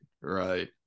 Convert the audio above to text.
right